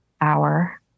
hour